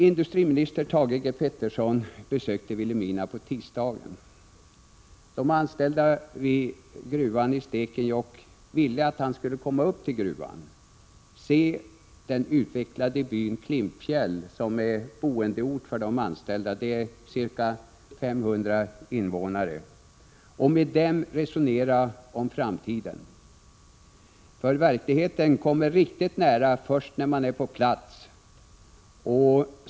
Industriminister Thage G. Peterson besökte Vilhelmina på tisdagen. De anställda vid gruvan i Stekenjokk ville att han skulle komma upp till gruvan och se den utvecklade byn Klimpfjäll, som är boendeort för de anställda — den har ca 500 invånare — och med dem resonera om framtiden. Verkligheten kommer ju riktigt nära först när man är på plats.